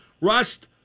Rust